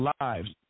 lives